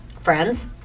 friends